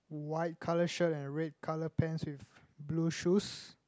white colour shirt and red colour pants with blue shoes